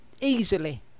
easily